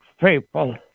people